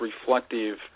reflective